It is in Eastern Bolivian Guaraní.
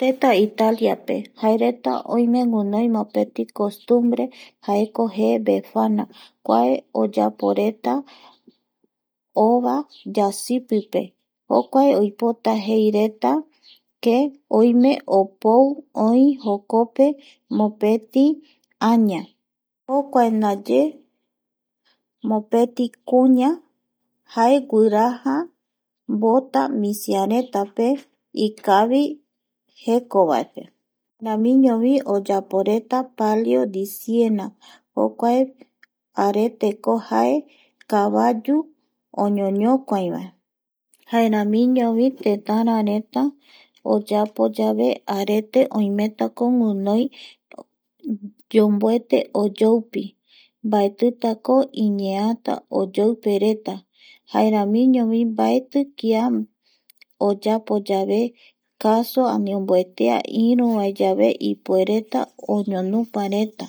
Tëtä Italiape jaereta oime guinoi mopeti costumbre jaeko jee befana kua oyaporeta ova yasipipe jokuae oipota jeireta que oime opou oi jokope mopeti aña jokuae ndaye mopeti kuña jae guiraja mbota misiretape ikavi jekovae jaeramiñovi oyaporeta pallo diciel… jokuae areteko jae kavayu oñoñokuavae jaeramiñovi tetarareta oyapo yave arete oimetako guinoi yomboete oyoupi mbaetitako iñeata oyoupe reta jaeramiño mbaeti kia oyapoyave caso ani omboetea iru vae yave ipuereta oñonupareta.